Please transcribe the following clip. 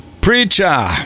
Preacher